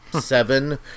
seven